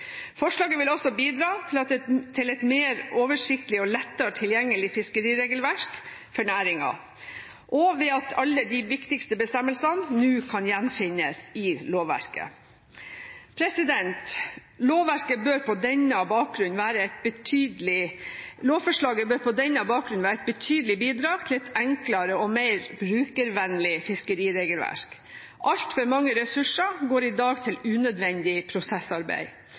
Forslaget vil også bidra til et mer oversiktlig og lettere tilgjengelig fiskeriregelverk for næringen ved at alle de viktigste bestemmelsene nå kan gjenfinnes i lovverket. Lovforslaget bør på denne bakgrunn være et betydelig bidrag til et enklere og mer brukervennlig fiskeriregelverk. Altfor mange ressurser går i dag med til unødvendig prosessarbeid.